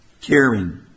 caring